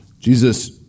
Jesus